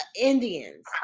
Indians